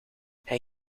hij